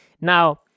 Now